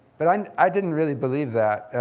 but i and i didn't really believe that.